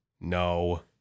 No